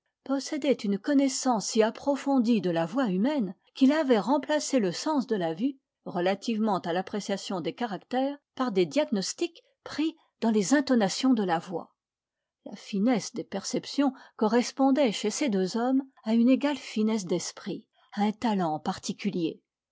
possédait une connaissance si approfondie de la voix humaine qu'il avait remplacé le sens de la vue relativement à l'appréciation des caractères par des diagnostics pris dans les intonations de la voix la finesse des perceptions correspondait chez ces deux hommes à une égale finesse d'esprit à un talent particulier